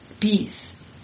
Peace